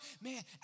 Man